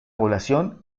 población